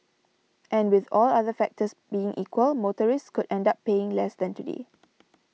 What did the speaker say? and with all other factors being equal motorists could end up paying less than today